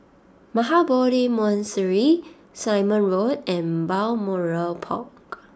Mahabodhi Monastery Simon Road and Balmoral Park